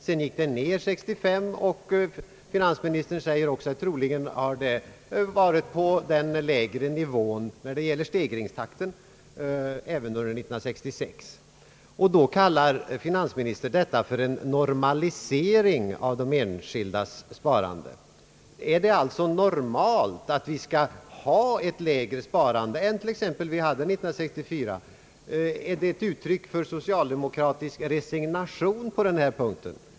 Sedan gick det ner 1965, och finansministern säger att stegringstakten troligen har varit på den lägre nivån även under 1966. Detta kallar finansministern för en »normalisering» av de enskildas sparande. Är det alltså normalt att vi skall ha ett lägre sparande än det som vi hade t.ex. 1964? är det ett uttryck för socialdemokratisk resignation på den här punkten?